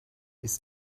ist